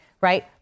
Right